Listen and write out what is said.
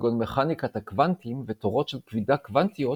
כגון מכניקת הקוונטים ותורות של כבידה קוונטית,